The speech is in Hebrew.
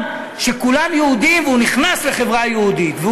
זה גם שכולם יהודים והוא נכנס לחברה היהודית,